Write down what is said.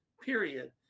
period